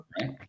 right